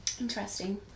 Interesting